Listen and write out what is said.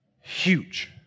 huge